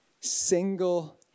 single